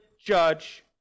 judge